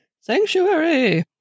sanctuary